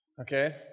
okay